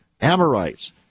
Amorites